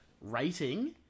rating